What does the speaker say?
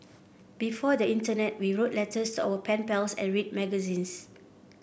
before the internet we wrote letters our pen pals and read magazines